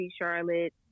Charlotte